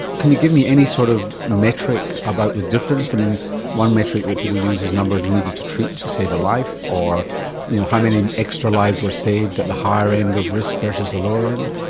can you give me any sort of metric about the difference? one metric that people use is numbers needed to treat to save a life, or you know how many extra lives were saved at the higher end of risk versus the lower end.